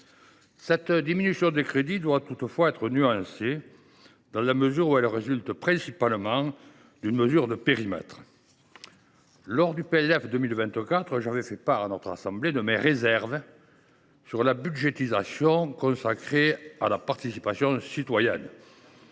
Cette diminution des crédits doit toutefois être nuancée, dans la mesure où elle résulte principalement d’une mesure de périmètre. Lors de l’examen du PLF pour 2024, j’avais fait part à notre assemblée de mes réserves sur la budgétisation de l’enveloppe consacrée à la participation citoyenne.